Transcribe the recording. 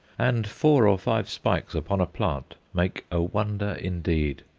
and four or five spikes upon a plant make a wonder indeed.